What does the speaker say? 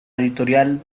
editorial